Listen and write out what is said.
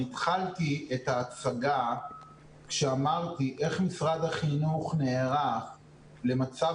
אני התחלתי את ההצגה כשאמרתי איך משרד החינוך נערך למצב